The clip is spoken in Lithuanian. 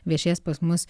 viešės pas mus